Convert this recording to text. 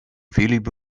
filip